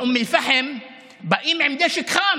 באום אל-פחם באים עם נשק חם,